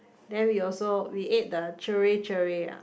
then we also we ate the Chir-Chir